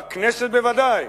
בכנסת בוודאי,